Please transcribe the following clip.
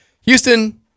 Houston